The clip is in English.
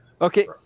Okay